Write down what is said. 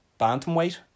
bantamweight